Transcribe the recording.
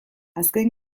azken